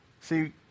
See